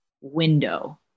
window